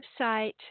website